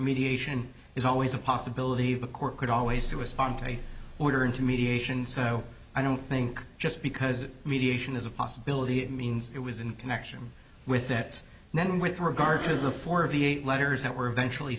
mediation is always a possibility of a court could always to respond to a order into mediation so i don't think just because mediation is a possibility it means it was in connection with it and then with regard to the forty eight letters that were eventually